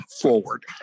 forward